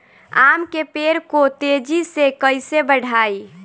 आम के पेड़ को तेजी से कईसे बढ़ाई?